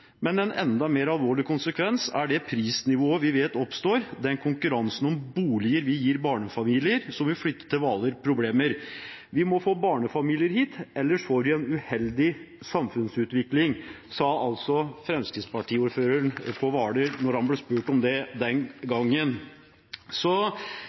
Men en enda mer alvorlig konsekvens er det prisnivået vi vet oppstår, den konkurransen om boliger vi gir barnefamilier som vil flytte til Hvaler problemer. Vi må få barnefamilier hit. Ellers får vi en uheldig samfunnsutvikling.» Det sa altså Fremskrittsparti-ordføreren på Hvaler da han ble spurt om det den